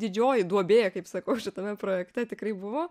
didžioji duobė kaip sakau šitame projekte tikrai buvo